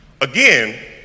Again